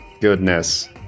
Goodness